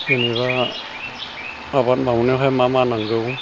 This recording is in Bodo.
जेनेबा आबाद मावनायावहाय मा मा नांगौ